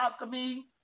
alchemy